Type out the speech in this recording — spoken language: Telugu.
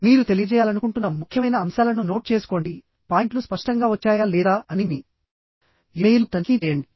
మీరు తెలియజేయాలనుకుంటున్న ముఖ్యమైన అంశాలను నోట్ చేసుకోండి పాయింట్లు స్పష్టంగా వచ్చాయా లేదా అని మీ ఇమెయిల్ను తనిఖీ చేయండి